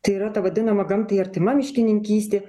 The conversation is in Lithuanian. tai yra ta vadinama gamtai artima miškininkystė